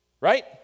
right